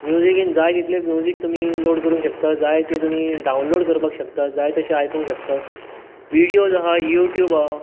म्युजिकेन जाय तितले म्युजिक तुमी लोड करुंक शकता जाय ते तुमी डावनलोड करपाक शकता जाय तशे आयकुंक शकतात व्हिडियोज आहा युट्यूब आहा